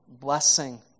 blessing